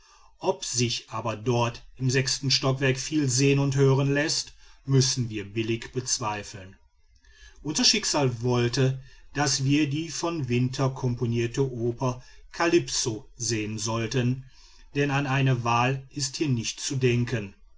ob sich aber dort im sechsten stockwerk viel sehen und hören läßt müssen wir billig bezweifeln unser schicksal wollte daß wir die von winter komponierte oper calypso sehen sollten denn an eine wahl ist hier nicht zu denken